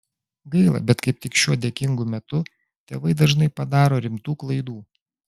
gaila bet kaip tik šiuo dėkingu metu tėvai dažnai padaro rimtų klaidų